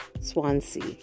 Swansea